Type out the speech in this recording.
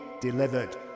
delivered